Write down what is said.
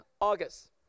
August